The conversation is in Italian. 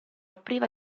priva